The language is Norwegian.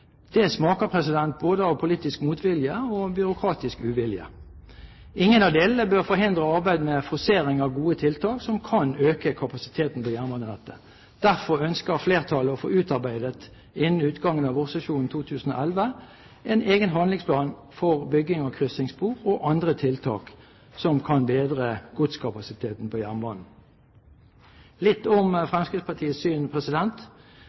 Det smaker både av politisk motvilje og byråkratisk uvilje. Ingen av delene bør forhindre arbeidet med forsering av gode tiltak som kan øke kapasiteten på jernbanenettet. Derfor ønsker flertallet innen utgangen av vårsesjonen 2011 å få utarbeidet en egen handlingsplan for bygging av krysningsspor og andre tiltak som kan bedre godskapasiteten på jernbanen. Så litt om Fremskrittspartiets syn.